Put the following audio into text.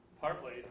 partly